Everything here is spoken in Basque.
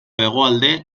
hegoalde